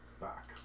back